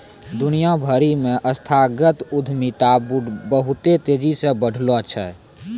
दुनिया भरि मे संस्थागत उद्यमिता बहुते तेजी से बढ़लो छै